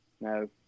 no